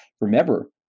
remember